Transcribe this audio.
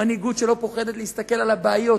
מנהיגות שלא פוחדת להסתכל על הבעיות,